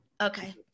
Okay